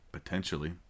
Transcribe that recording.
Potentially